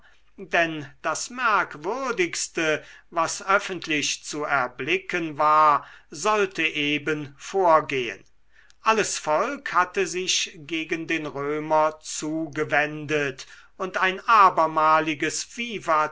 denn das merkwürdigste was öffentlich zu erblicken war sollte eben vorgehen alles volk hatte sich gegen den römer zu gewendet und ein abermaliges